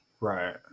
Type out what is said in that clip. Right